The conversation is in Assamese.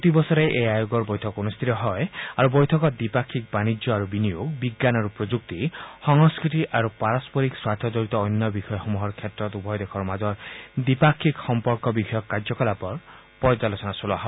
প্ৰতিবছৰে এই আয়োগৰ বৈঠক অনুষ্ঠিত হয় আৰু বৈঠকত দ্বিপাক্ষিক বাণিজ্য আৰু বিনিয়োগ বিজ্ঞান আৰু প্ৰযুক্তি সংস্থতি আৰু পাৰস্পৰিক স্বাৰ্থজড়িত অন্য বিষয়সমূহৰ ক্ষেত্ৰত উভয় দেশৰ মাজৰ দ্বিপাক্ষিক সম্পৰ্ক বিষয়ক কাৰ্যকলাপৰ পৰ্যালোচনা চলোৱা হয়